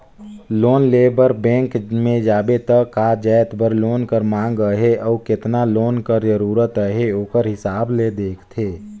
loan लेय बर bank में जाबे त का जाएत बर लोन कर मांग अहे अउ केतना लोन कर जरूरत अहे ओकर हिसाब ले देखथे